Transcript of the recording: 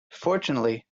fortunately